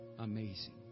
Amazing